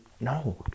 No